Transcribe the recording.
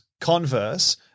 converse